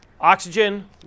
oxygen